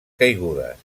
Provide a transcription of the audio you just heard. caigudes